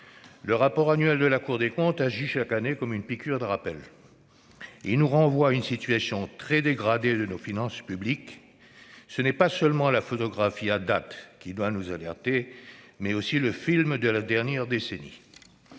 le rapport de la Cour des comptes agit chaque année comme une piqûre de rappel : il nous renvoie à la situation très dégradée de nos finances publiques. Ce n'est pas seulement la photographie à la date d'aujourd'hui qui doit nous alerter ; c'est aussi le film de la dernière décennie.